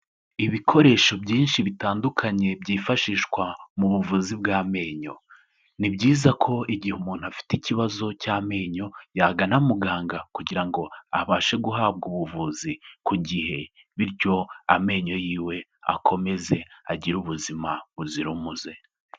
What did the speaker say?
Ibikoresho byinshi bitandukanye byifashishwa mu buvuzi bw'amenyo. Ni byiza ko igihe umuntu afite ikibazo cy'amenyo, yagana muganga kugira ngo abashe guhabwa ubuvuzi ku gihe, bityo amenyo yiwe akomeze agire ubuzima buzira umuze.